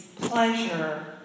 pleasure